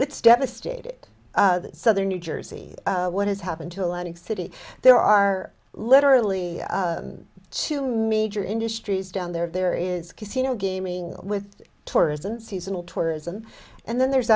it's devastated southern new jersey what has happened to a lot of city there are literally to meijer industries down there there is casino gaming with tourism seasonal tourism and then there's